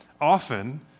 often